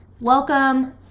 welcome